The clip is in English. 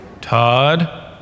Todd